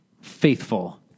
faithful